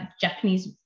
Japanese